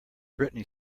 britney